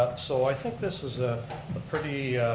ah so i think this is a ah pretty,